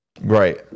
right